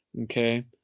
Okay